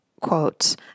quotes